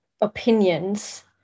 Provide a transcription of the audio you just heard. opinions